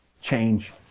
change